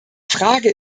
frage